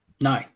No